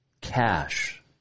cash